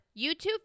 YouTube